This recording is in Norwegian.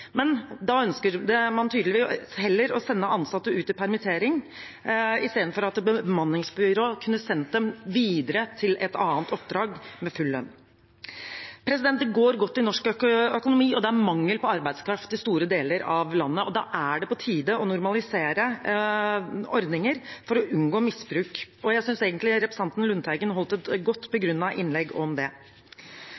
Men da ønsket man tydeligvis heller å sende ansatte ut i permittering enn at et bemanningsbyrå kunne sendt dem videre til et annet oppdrag med full lønn. Det går godt i norsk økonomi, og det er mangel på arbeidskraft i store deler av landet. Da er det på tide å normalisere ordninger for å unngå misbruk, og jeg synes egentlig at representanten Lundteigen holdt et godt